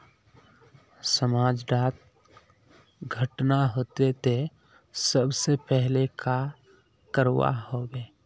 समाज डात घटना होते ते सबसे पहले का करवा होबे?